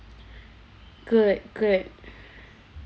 good good